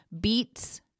beets